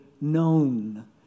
known